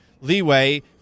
leeway